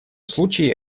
случае